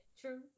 True